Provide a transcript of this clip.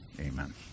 Amen